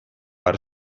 bar